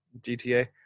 GTA